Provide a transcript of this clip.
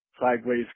sideways